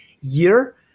year